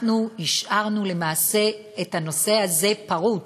אנחנו השארנו למעשה את הנושא הזה פרוץ.